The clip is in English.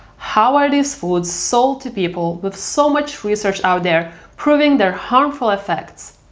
how are these foods sold to people with so much research out there proving their harmful effects?